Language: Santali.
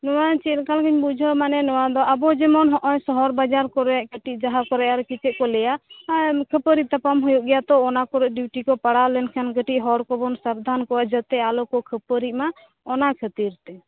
ᱱᱚᱣᱟ ᱪᱮᱫ ᱞᱮᱠᱟ ᱵᱤᱱ ᱵᱩᱡᱷᱟᱹᱣ ᱢᱟᱱᱮ ᱱᱚᱣᱟᱫᱚ ᱟᱵᱚ ᱡᱮᱢᱚᱱ ᱦᱚᱜᱼᱚᱭ ᱥᱚᱦᱚᱨ ᱵᱟᱡᱟᱨ ᱠᱚᱨᱮ ᱠᱟ ᱴᱤᱡ ᱡᱟᱦᱟᱸ ᱠᱚᱨᱮ ᱟᱨ ᱠᱤ ᱪᱮᱫ ᱠᱚ ᱞᱟ ᱭᱟ ᱠᱷᱟᱹᱯᱟᱹᱨᱤ ᱛᱟᱯᱟᱢ ᱦᱩᱭᱩᱜ ᱜᱮᱭᱟ ᱛᱚ ᱚᱱᱟᱠᱚᱨᱮ ᱰᱤᱣᱴᱤ ᱠᱚ ᱯᱟᱲᱟᱣ ᱞᱮᱱ ᱠᱷᱟᱱ ᱠᱟ ᱴᱤᱡ ᱦᱚᱲ ᱠᱚᱵᱚᱱ ᱥᱟᱵᱫᱷᱟᱱ ᱠᱚᱣᱟ ᱡᱟ ᱛᱮ ᱟᱞᱚ ᱠᱚ ᱠᱷᱟ ᱯᱟ ᱨᱤᱜ ᱢᱟ ᱚᱱᱟ ᱠᱷᱟ ᱛᱤᱨ ᱛᱮ